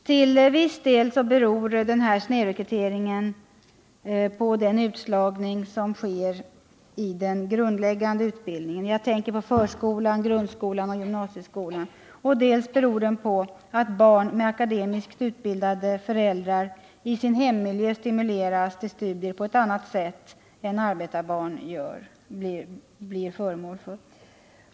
Till viss del beror denna snedrekrytering på utslagningen i den grundläggande utbildningen — förskola, grundskola och gymnasieskola —, dels beror den på att barn med akademiskt utbildade föräldrar i sin hemmiljö stimuleras till studier på ett annat sätt än arbetarbarn.